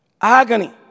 agony